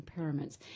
impairments